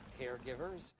caregivers